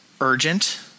urgent